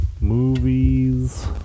movies